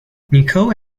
nicole